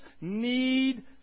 need